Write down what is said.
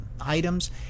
items